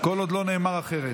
כל עוד לא נאמר אחרת.